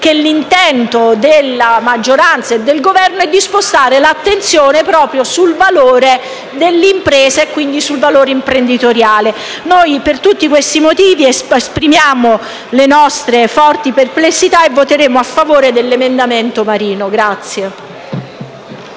che l'intento della maggioranza e del Governo è quello di spostare l'attenzione proprio sul valore dell'impresa e, quindi, sul valore imprenditoriale. Per tutti questi motivi esprimiamo le nostre forti perplessità sull'articolo e voteremo a favore dell'emendamento del